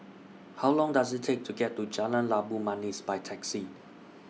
How Long Does IT Take to get to Jalan Labu Manis By Taxi